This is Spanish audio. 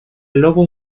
lobo